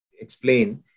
explain